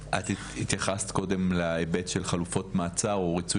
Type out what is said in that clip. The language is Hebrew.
התייחסת קודם להיבט של חלופות מעצר או ריצוי